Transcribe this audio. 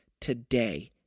today